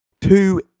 Two